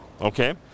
Okay